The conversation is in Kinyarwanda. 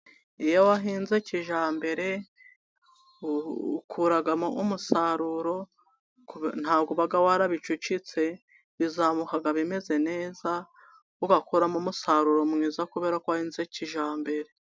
Iyo wahinze kijyambere ukuramo umusaruro ntabwo uba warabicucitse, bizamuka bimeze neza ugakuramo umusaruro mwiza, kuberako wahinze kijyambere.